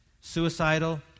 suicidal